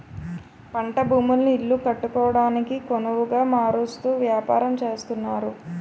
పంట భూములను ఇల్లు కట్టుకోవడానికొనవుగా మారుస్తూ వ్యాపారం చేస్తున్నారు